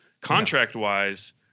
contract-wise